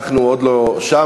אנחנו עוד לא שם,